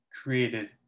created